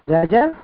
Raja